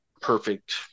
perfect